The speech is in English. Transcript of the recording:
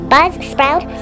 Buzzsprout